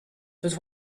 but